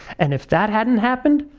and if that hadn't happened,